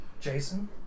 Jason